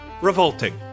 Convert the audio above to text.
revolting